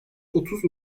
otuz